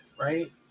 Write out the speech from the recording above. right